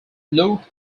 locke